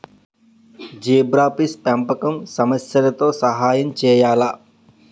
Zebrafish పెంపకం సమస్యలతో సహాయం చేయాలా?